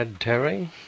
Terry